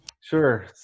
Sure